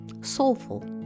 soulful